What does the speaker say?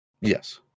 Yes